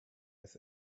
has